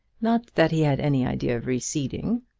not that he had any idea of receding.